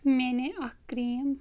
مےٚ اَنے اَکھ کرٛیٖم